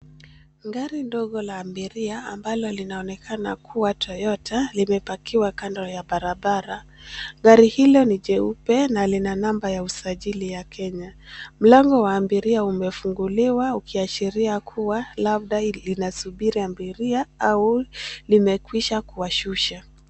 Gari ndogo la abiria ambalo linaonekana kuwa Toyota, limepakiwa kando ya barabara. Gari hilo ni jeupe na lina namba ya usajili ya Kenya. Mlango wa abiria umefunguliwa ukiashiria kuwa labda linasubiri abiria au limekwisha kuwashusha.